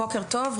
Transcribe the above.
בוקר טוב,